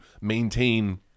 maintain